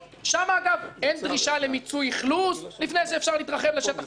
שם אין דרישה למיצוי אכלוס לפני שאפשר להתרחב לשטח נוסף.